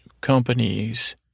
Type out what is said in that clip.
companies